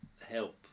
help